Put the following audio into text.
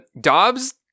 Dobbs